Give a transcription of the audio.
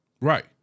Right